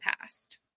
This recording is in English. past